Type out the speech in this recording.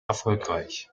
erfolgreich